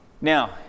Now